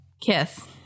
Kiss